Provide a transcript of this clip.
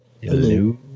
Hello